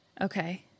Okay